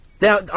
Now